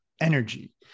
energy